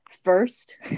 first